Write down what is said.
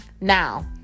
now